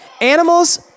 Animals